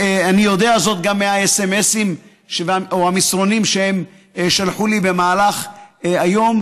אני יודע זאת גם מהסמ"סים או המסרונים שהם שלחו לי במהלך היום,